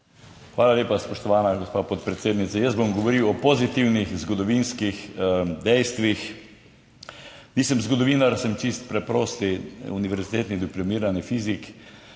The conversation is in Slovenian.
Hvala lepa, spoštovana gospa podpredsednica. Jaz bom govoril o pozitivnih zgodovinskih dejstvih. Nisem zgodovinar, sem čisto preprost univerzitetni diplomirani fizik,